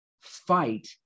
fight